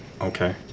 okay